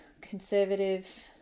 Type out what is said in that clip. conservative